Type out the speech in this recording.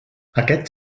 aquest